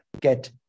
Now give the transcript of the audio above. get